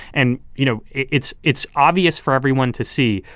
and, you know, it's it's obvious for everyone to see.